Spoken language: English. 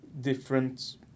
different